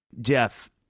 Jeff